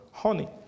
Honey